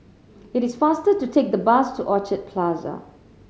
it is faster to take the bus to Orchard Plaza